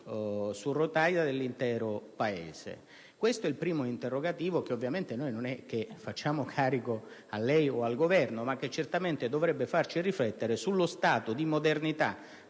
su rotaia dell'intero Paese. Questo è il primo interrogativo di cui, ovviamente, non facciamo carico a lei o al Governo, ma che certamente dovrebbe farci riflettere sullo stato di modernità